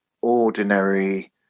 ordinary